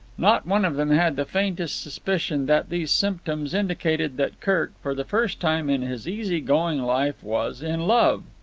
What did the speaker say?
not one of them had the faintest suspicion that these symptoms indicated that kirk, for the first time in his easy-going life, was in love.